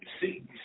See